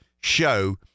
show